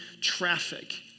traffic